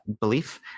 belief